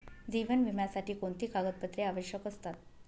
जीवन विम्यासाठी कोणती कागदपत्रे आवश्यक असतात?